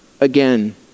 again